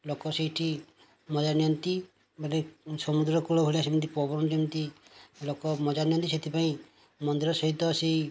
ଲୋକ ସେଇଠି ମଜା ନିଅନ୍ତି ମାନେ ସମୁଦ୍ରକୁଳ ଭଳିଆ ସେମିତି ପବନ ଯେମିତି ଲୋକ ମଜା ନିଅନ୍ତି ସେଇଥିପାଇଁ ମନ୍ଦିର ସହିତ ସେହି